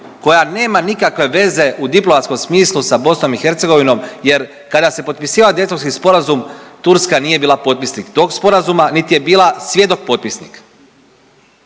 koja nema nikakve veze u diplomatskom smislu sa BiH, jer kada se potpisivao Daytonski sporazum Turska nije bila potpisnik tog sporazuma, niti je bila svjedok potpisnik.